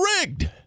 rigged